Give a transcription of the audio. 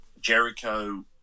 Jericho